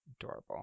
Adorable